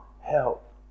help